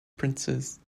princes